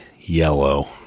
yellow